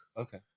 okay